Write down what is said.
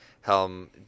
Helm